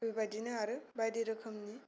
बे बायदिनो आरो बायदि रोखोमनि